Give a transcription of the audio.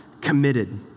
committed